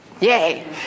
yay